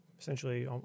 essentially